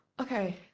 Okay